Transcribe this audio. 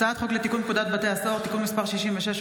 הצעת חוק לתיקון פקודת בתי הסוהר (תיקון מס' 66,